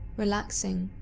relaxing,